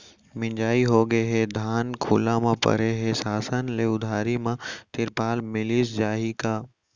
मिंजाई होगे हे, धान खुला म परे हे, शासन ले उधारी म तिरपाल मिलिस जाही का?